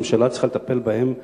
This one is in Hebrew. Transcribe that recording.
והממשלה צריכה לטפל בהם אחרת,